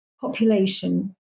population